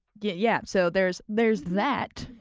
yeah yeah. so there's there's that.